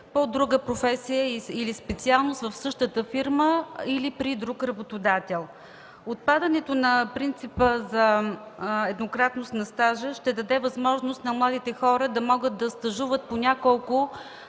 по друга професия или специалност в същата фирма, или при друг работодател. Отпадането на принципа за еднократност на стажа ще даде възможност на младите хора да могат да стажуват по няколко